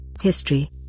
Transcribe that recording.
history